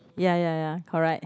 ya ya ya correct